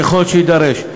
ככל שיידרש.